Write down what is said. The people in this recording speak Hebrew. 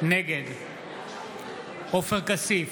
נגד עופר כסיף,